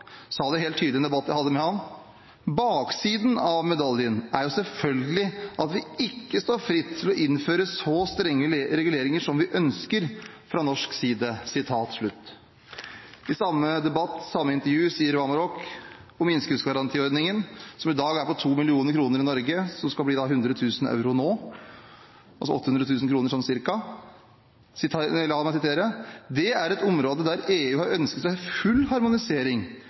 sa det helt tydelig i en debatt jeg hadde med ham: «Baksiden av medaljen er jo selvfølgelig at vi ikke står fritt til å innføre så strenge reguleringer som vi ønsker fra norsk side.» I samme debatt sier Vamraak om innskuddsgarantiordningen, som i dag er på 2 mill. kr i Norge, og som nå skal bli på 100 000 euro, altså ca. 800 000 kr – la meg sitere: «Det er et område der EU har ønsket en fullharmonisering. Norge har måttet gi fra seg